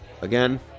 Again